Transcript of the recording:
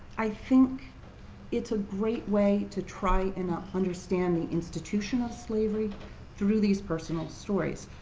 i think it's a great way to try and understand the institution of slavery through these personal stories.